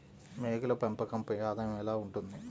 మేకల పెంపకంపై ఆదాయం ఎలా ఉంటుంది?